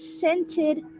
scented